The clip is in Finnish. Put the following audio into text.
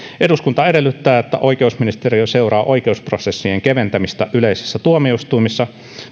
eduskunta edellyttää että oikeusministeriö seuraa oikeusprosessien keventämistä yleisissä tuomioistuimissa